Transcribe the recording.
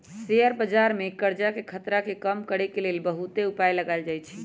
share बजार में करजाके खतरा के कम करए के लेल बहुते उपाय लगाएल जाएछइ